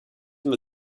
from